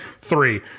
three